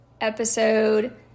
episode